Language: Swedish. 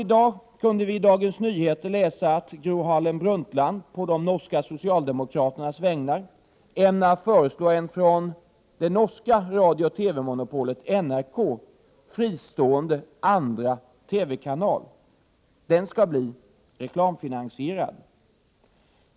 I dag kunde vi i Dagens Nyheter läsa att Gro Harlem Brundtland, på de norska socialdemokraternas vägnar, ämnar föreslå en från det norska radiooch TV-monopolet NRK fristående andra TV-kanal. Den skall bli reklamfinansierad.